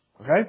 Okay